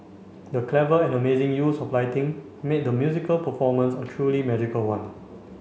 the clever and amazing use of lighting made the musical performance a truly magical one